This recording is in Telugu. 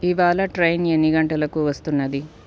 ఇవాళ ట్రైన్ ఎన్ని గంటలకు వస్తున్నది